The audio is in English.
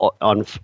on